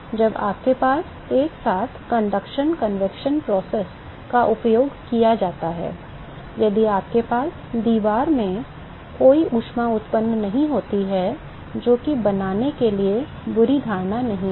जब आपके पास एक साथ चालन संवहन प्रक्रिया का उपयोग किया जाता है यदि आपके पास दीवार में कोई ऊष्मा उत्पन्न नहीं होती है जो कि बनाने के लिए बुरी धारणा नहीं है